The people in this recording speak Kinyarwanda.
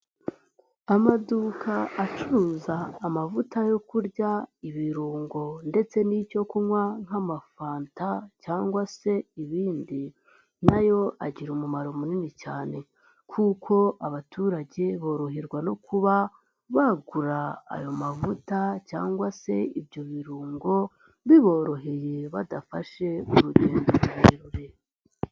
Amaduka acuruza amavuta yo kurya, ibirungo ndetse n'icyo kunywa nk'amafanta cyangwa se ibindi na yo agira umumaro munini cyane kuko abaturage boroherwa no kuba bagura ayo mavuta cyangwa se ibyo birungo biboroheye, badafashe urugendo rurerure.